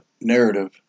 narrative